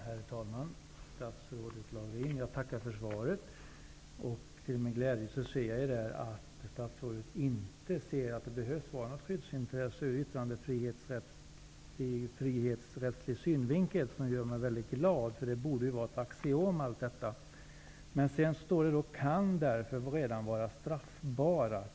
Herr talman! Jag tackar statsrådet Laurén för svaret. Till min glädje ser jag att statsrådet anser att detta inte behöver ha något skyddsintresse ur yttrandefrihetsrättslig synvinkel. Allt detta bör ju vara ett axiom. Det står emellertid i svaret att filmer som skildrar sådana situationer kan redan därför vara straffbara.